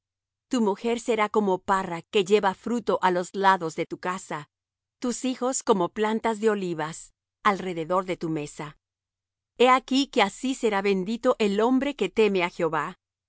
tu mujer será como parra que lleva fruto á los lados de tu casa tus hijos como plantas de olivas alrededor de tu mesa he aquí que así será bendito el hombre que teme á jehová